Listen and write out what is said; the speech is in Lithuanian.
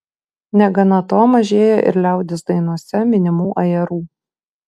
negana to mažėja ir liaudies dainose minimų ajerų